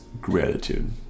gratitude